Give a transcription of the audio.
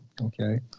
okay